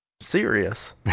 serious